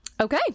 Okay